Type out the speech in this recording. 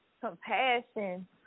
compassion